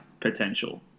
potential